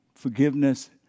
Forgiveness